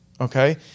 okay